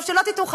שלא תטעו,